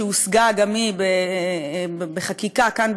שהושגה גם היא בחקיקה כאן,